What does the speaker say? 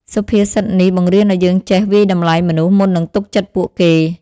សុភាសិតនេះបង្រៀនឱ្យយើងចេះ វាយតម្លៃមនុស្ស មុននឹងទុកចិត្តពួកគេ។